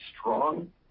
strong